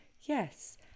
yes